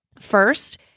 First